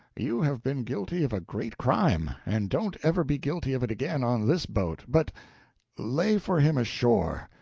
you have been guilty of a great crime and don't ever be guilty of it again on this boat, but lay for him ashore!